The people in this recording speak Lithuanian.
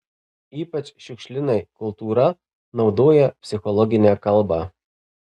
ypač šiukšlinai kultūra naudoja psichologinę kalbą